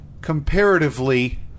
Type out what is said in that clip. comparatively